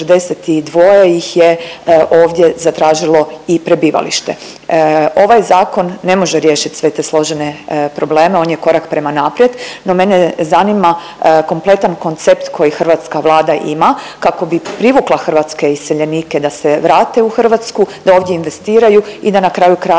samo 342 ih je ovdje zatražilo i prebivalište. Ovaj Zakon ne može riješiti sve te složene probleme, on je korak prema naprijed, no mene zanima kompletan koncept koji hrvatska Vlada ima kako bi privukla hrvatske iseljenike da se vrate u Hrvatsku, da ovdje investiraju i da na kraju krajeva,